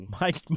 Mike